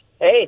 Hey